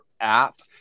app